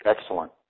Excellent